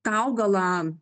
tą augalą